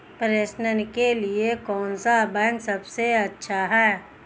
प्रेषण के लिए कौन सा बैंक सबसे अच्छा है?